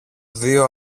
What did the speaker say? δυο